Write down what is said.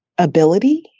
ability